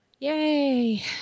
Yay